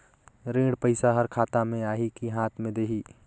ऋण पइसा हर खाता मे आही की हाथ मे देही?